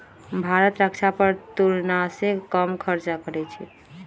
भारत रक्षा पर तुलनासे कम खर्चा करइ छइ